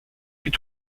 mit